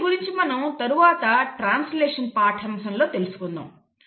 వీటి గురించి మనం తరువాత ట్రాన్స్లేషన్ పాఠ్యాంశంలో తెలుసుకుందాము